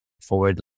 forward